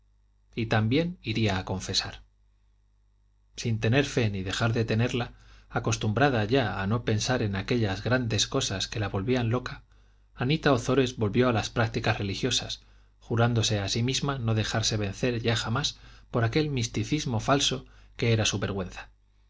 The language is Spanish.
y también iría a confesar sin tener fe ni dejar de tenerla acostumbrada ya a no pensar en aquellas grandes cosas que la volvían loca anita ozores volvió a las prácticas religiosas jurándose a sí misma no dejarse vencer ya jamás por aquel misticismo falso que era su vergüenza